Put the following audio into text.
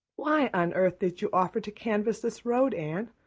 why on earth did you offer to canvass this road, anne?